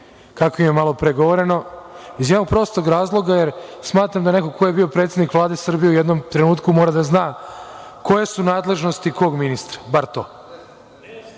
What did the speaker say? kakvim je malopre govoreno, i to iz jednog prostog razloga jer smatram da neko ko je bio predsednik Vlade Srbije u jednom trenutku mora da zna koje su nadležnosti kog ministra, bar